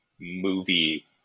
movie